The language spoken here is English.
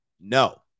no